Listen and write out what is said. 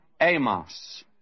Amos